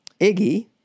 Iggy